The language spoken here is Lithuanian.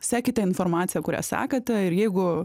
sekite informaciją kurią sekate ir jeigu